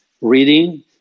reading